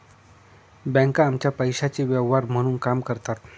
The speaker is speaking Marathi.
बँका आमच्या पैशाचे व्यवहार म्हणून काम करतात